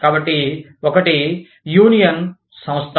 కాబట్టి ఒకటి యూనియన్ సంస్థ